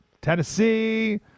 Tennessee